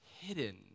hidden